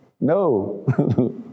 No